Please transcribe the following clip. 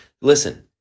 listen